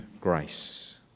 grace